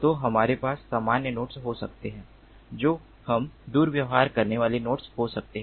तो हमारे पास सामान्य नोड्स हो सकते हैं जो हम दुर्व्यवहार करने वाले नोड्स हो सकते हैं